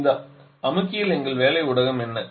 இப்போது அமுக்கியில் எங்கள் வேலை ஊடகம் என்ன